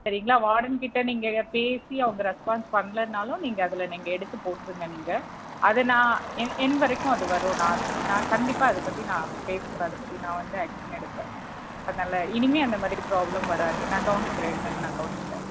செரிங்களா வாடர்ன் கிட்ட நீங்கள் எ பேசி அவங்க ரெஸ்பான்ஸ் பண்ணலனாலும் நீங்கள் அதில் நீங்கள் எடுத்து போட்டுடுருங்க நீங்கள் அது நான் என் என் வரைக்கும் அது வரும் நான் நான் கண்டிப்பாக அதை பற்றி நான் பேசுவேன் அதை பற்றி நான் வந்து ஆக்ஷன் எடுப்பேன் அதனால் இனிமே அந்தமாதிரி ப்ராப்ளம் வராது நான் கவனிக்கிறேன் என்னன் நான் கவனிக்கிறேன்